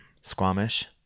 Squamish